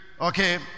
Okay